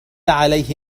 عليه